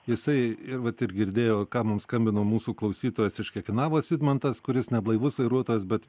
jisai ir vat ir girdėjo ką mums skambino mūsų klausytojas iš krekenavos vidmantas kuris neblaivus vairuotojas bet